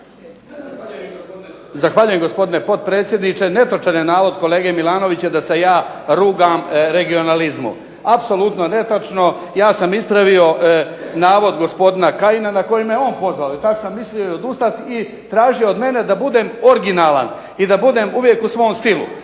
Zahvaljujem, gospodine potpredsjedniče. Netočan je navod kolege Milanovića da se ja rugam regionalizmu. Apsolutno netočno. Ja sam ispravio navod gospodina Kajina na koji me on pozvao i tad sam mislio i odustat i tražio je od mene da budem originalan i da budem uvijek u svom stilu,